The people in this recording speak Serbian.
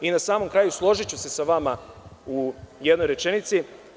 Na samom kraju, složiću se sa vama u jednoj rečenici.